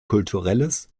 kulturelles